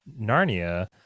Narnia